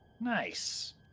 Nice